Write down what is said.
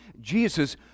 Jesus